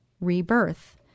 rebirth